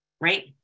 right